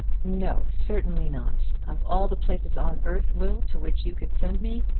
no certainly not. of all the places on earth, will, to which you could send me,